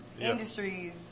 industries